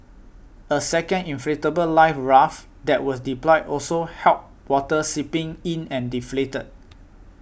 a second inflatable life raft that was deployed also help water seeping in and deflated